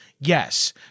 Yes